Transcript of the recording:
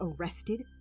arrested